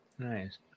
Nice